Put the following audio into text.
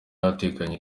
atekanye